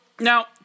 now